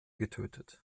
getötet